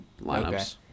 lineups